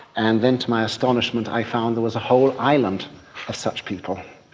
and then to my astonishment i found there was a whole island of such people.